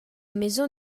maison